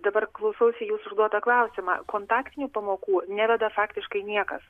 dabar klausausi jūsų užduotą klausimą kontaktinių pamokų neveda faktiškai niekas